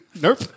Nope